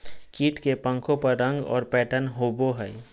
कीट के पंखों पर रंग और पैटर्न होबो हइ